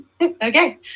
okay